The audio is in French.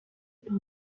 par